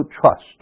trust